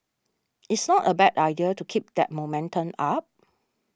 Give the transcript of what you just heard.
it's not a bad idea to keep that momentum up